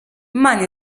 imana